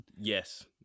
yes